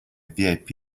vip